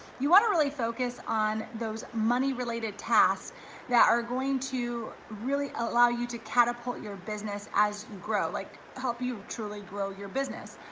you wanna really focus on those money related tasks that are going to really allow you to catapult your business as you grow, like help you truly grow your business.